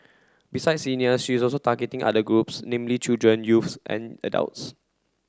besides seniors she is also targeting other groups namely children youths and adults